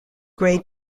gray